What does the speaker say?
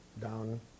down